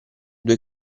due